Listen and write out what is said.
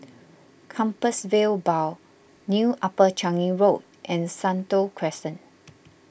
Compassvale Bow New Upper Changi Road and Sentul Crescent